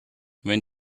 when